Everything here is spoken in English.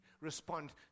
respond